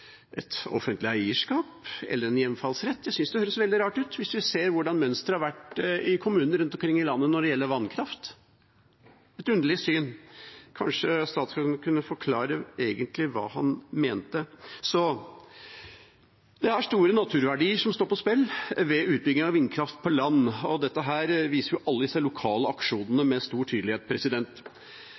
et offentlig eierskap eller en hjemfallsrett. Jeg synes det høres veldig rart ut når vi ser hvordan mønsteret har vært i kommunene rundt omkring i landet når det gjelder vannkraft – et underlig syn. Kanskje statsråden kunne forklare hva han egentlig mente. Det er store naturverdier som står på spill ved utbygging av vindkraft på land; det viser alle de lokale aksjonene med stor tydelighet.